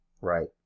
Right